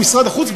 במשרד החוץ,